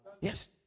Yes